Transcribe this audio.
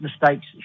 mistakes